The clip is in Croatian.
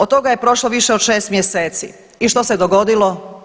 Od toga je prošlo više od 6 mjeseci i što se dogodilo?